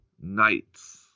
Knights